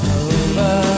over